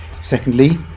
Secondly